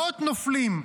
מאות נופלים,